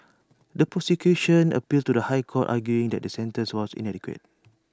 the prosecution appealed to the High Court arguing that the sentences was inadequate